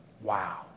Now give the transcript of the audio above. Wow